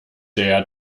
der